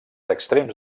extrems